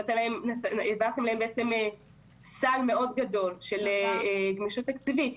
העברתם להם סל מאוד גדול של גמישות תקציבית.